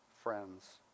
friends